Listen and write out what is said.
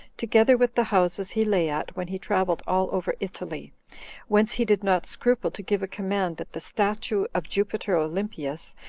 together with the houses he lay at when he traveled all over italy whence he did not scruple to give a command that the statue of jupiter olympius,